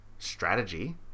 strategy